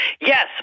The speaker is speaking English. Yes